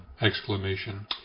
exclamation